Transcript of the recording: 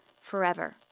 forever